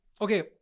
okay